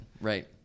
right